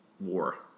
War